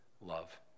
love